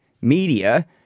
Media